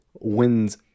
wins